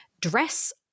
Dress